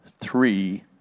three